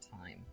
time